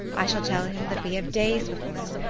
i shall tell him that we have days before us,